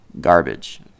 Garbage